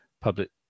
public